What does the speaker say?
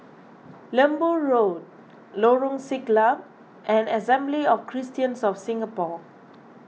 Lembu Road Lorong Siglap and Assembly of Christians of Singapore